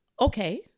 Okay